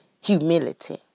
humility